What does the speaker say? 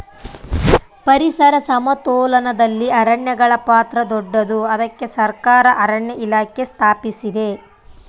ಪರಿಸರ ಸಮತೋಲನದಲ್ಲಿ ಅರಣ್ಯಗಳ ಪಾತ್ರ ದೊಡ್ಡದು, ಅದಕ್ಕೆ ಸರಕಾರ ಅರಣ್ಯ ಇಲಾಖೆ ಸ್ಥಾಪಿಸಿದೆ